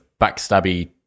backstabby